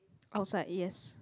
outside yes